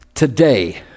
Today